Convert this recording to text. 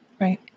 Right